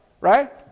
right